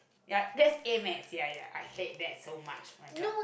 ya that's AddMath ya ya I hate that so much oh-my-god